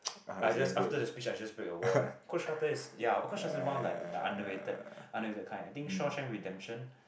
I just after the speech I just break a wall eh Coach Carter is ya Coach Carter is one of like underrated underrated kind I think Shawshank Redemption